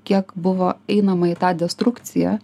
kiek buvo einama į tą destrukciją